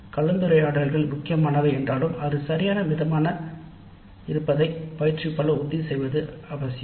கலந்துரையாடல்கள் முக்கியமானவை என்றாலும் அதுவும் சரியான மிதமான தன்மை இருப்பதை பயிற்றுவிப்பாளர் உறுதி செய்வது அவசியம்